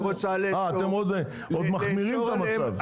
היא רוצה לאסור עליהם --- אתם עוד מחמירים את המצב.